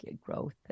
growth